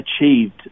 achieved